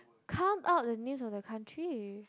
count out the names of the country